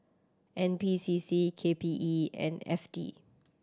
N P C C K P E and F T